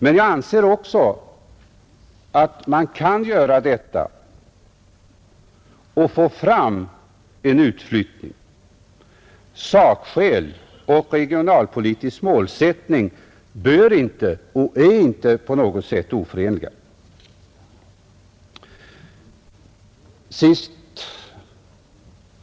Men jag anser också att man kan göra detta och få fram en utflyttning. Sakskäl och regionalpolitisk målsättning bör inte vara och är inte på något sätt oförenliga.